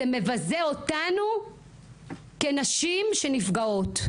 זה מבזה אותנו כנשים שנפגעות,